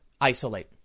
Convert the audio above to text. isolate